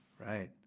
Right